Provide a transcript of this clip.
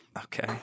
Okay